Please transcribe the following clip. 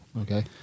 Okay